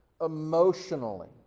emotionally